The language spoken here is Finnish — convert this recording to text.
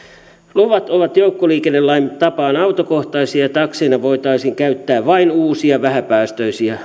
luvat ovat joukkoliikennelain tapaan autokohtaisia ja takseina voitaisiin käyttää vain uusia vähäpäästöisiä